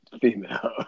female